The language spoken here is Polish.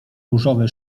różowy